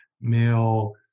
male